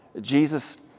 Jesus